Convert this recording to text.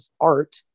art